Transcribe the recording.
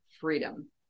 freedom